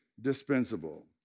dispensable